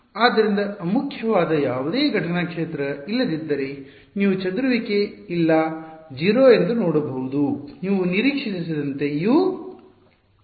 ಆದ್ದರಿಂದ ಅಮುಖ್ಯ ವಾದ ಯಾವುದೇ ಘಟನಾ ಕ್ಷೇತ್ರ ಇಲ್ಲದಿದ್ದರೆ ನೀವು ಚದುರುವಿಕೆ ಇಲ್ಲ 0 ಎಂದು ನೋಡಬಹುದು ನೀವು ನಿರೀಕ್ಷಿಸಿದಂತೆ u 0 ಆಗಿದೆ